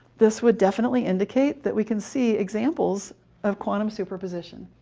this would definitely indicate that we can see examples of quantum superposition.